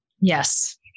yes